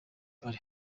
uri